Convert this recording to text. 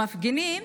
המפגינים,